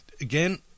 again